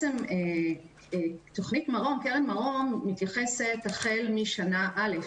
לקרן מרום ניתן להיכנס בשנה א'.